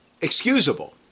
excusable